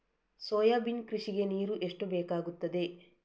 Soybean ಕೃಷಿಗೆ ನೀರು ಎಷ್ಟು ಬೇಕಾಗುತ್ತದೆ?